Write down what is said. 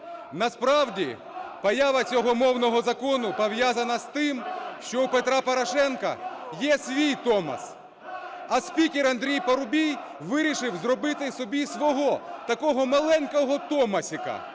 Насправді поява цього мовного закону пов'язана з тим, що у Петра Порошенка є свій Томос, а спікер Андрій Парубій вирішив зробити собі свого такого маленького "томосика"